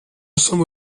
sommes